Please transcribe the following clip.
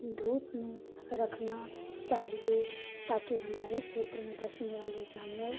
धूप में रखना चाहिए ताकि हमारे क्षेत्र में बसने वाले जानवर